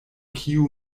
kiu